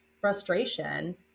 frustration